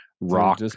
rock